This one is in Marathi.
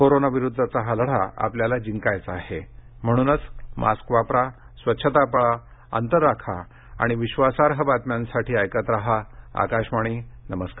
कोरोनाविरुद्धचा हा लढा आपल्याला जिंकायचा आहे म्हणूनच मास्क वापरा स्वच्छता पाळा अंतर राखा आणि विश्वासार्ह बातम्यांसाठी ऐकत राहा आकाशवाणी नमस्कार